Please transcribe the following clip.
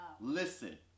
Listen